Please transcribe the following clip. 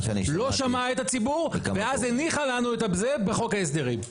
לא שמעה את הציבור ואז הניחה לנו את זה בחוק ההסדרים.